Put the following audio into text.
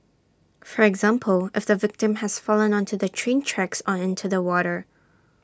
for example if the victim has fallen onto the train tracks on into the water